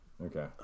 Okay